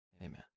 Amen